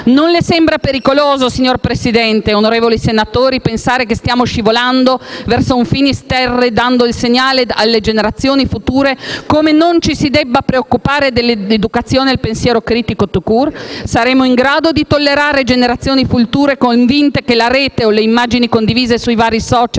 Non le sembra pericoloso, signor Presidente, onorevoli senatori, pensare che stiamo scivolando verso un *finis terrae*, dando il segnale alle generazioni future come non ci si debba preoccupare dell'educazione al pensiero critico *tout court*? Saremo in grado di tollerare generazioni future, convinte che la rete o le immagini condivise sui vari *social*